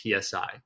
PSI